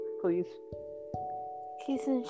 please